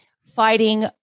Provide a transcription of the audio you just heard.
fighting